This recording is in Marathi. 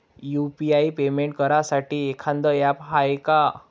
यू.पी.आय पेमेंट करासाठी एखांद ॲप हाय का?